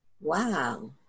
Wow